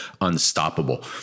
Unstoppable